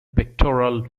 pectoral